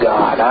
God